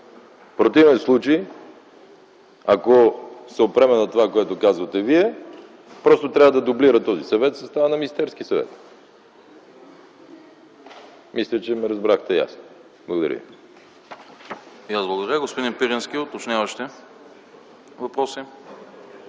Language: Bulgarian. противен случай, ако се опрем на това, което казвате Вие, просто този съвет трябва да дублира състава на Министерския съвет. Мисля, че ме разбрахте ясно. Благодаря ви.